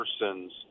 persons